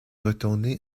retourner